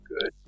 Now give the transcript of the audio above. good